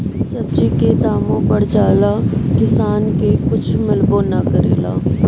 सब्जी के दामो बढ़ जाला आ किसान के कुछ मिलबो ना करेला